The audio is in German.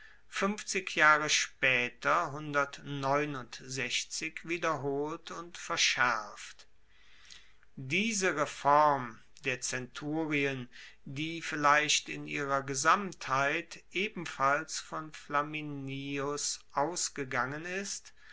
fuenfzig jahre spaeter wiederholt und verschaerft diese reform der zenturien die vielleicht in ihrer gesamtheit ebenfalls von flaminius ausgegangen ist